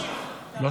חבר הכנסת עודד פורר,